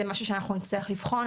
זה משהו שאנחנו נצטרך לבחון,